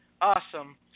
Awesome